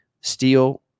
steel